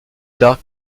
tard